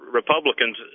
Republicans